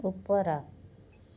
ଉପର